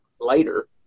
later